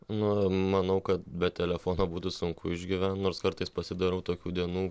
na manau kad be telefono būtų sunku išgyvent nors kartais pasidarau tokių dienų